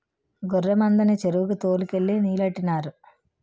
గొర్రె మందని చెరువుకి తోలు కెళ్ళి నీలెట్టినారు